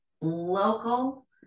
local